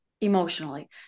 emotionally